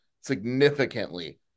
significantly